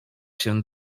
się